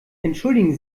entschuldigen